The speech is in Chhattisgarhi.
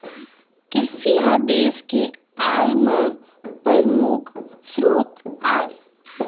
किरसी ह देस के आय म परमुख सरोत आय